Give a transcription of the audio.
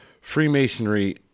freemasonry